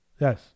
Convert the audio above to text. Yes